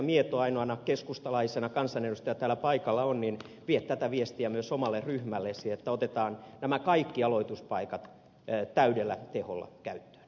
mieto ainoana keskustalaisena kansanedustajana täällä paikalla on viette tätä viestiä myös omalle ryhmällenne että otetaan nämä kaikki aloituspaikat täydellä teholla käyttöön